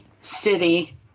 city